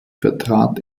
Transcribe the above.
vertrat